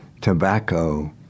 tobacco